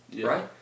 right